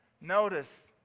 Notice